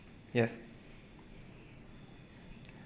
yes